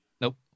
Nope